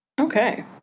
Okay